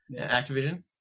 Activision